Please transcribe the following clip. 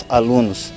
alunos